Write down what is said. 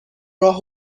راهو